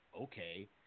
okay